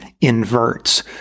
inverts